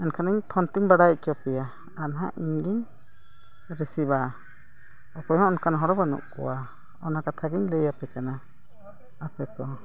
ᱢᱮᱱ ᱠᱷᱟᱱᱤᱧ ᱯᱷᱳᱱ ᱛᱤᱧ ᱵᱟᱲᱟᱭ ᱦᱚᱪᱚ ᱯᱮᱭᱟ ᱟᱨ ᱦᱟᱸᱜ ᱤᱧ ᱜᱤᱧ ᱨᱤᱥᱤᱵᱷᱟ ᱚᱠᱚᱭ ᱦᱚᱸ ᱚᱱᱠᱟᱱ ᱦᱚᱲ ᱵᱟᱹᱱᱩᱜ ᱠᱚᱣᱟ ᱚᱱᱟ ᱠᱟᱛᱷᱟ ᱜᱤᱧ ᱞᱟᱹᱭ ᱟᱯᱮ ᱠᱟᱱᱟ ᱟᱯᱮ ᱠᱚ